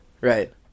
right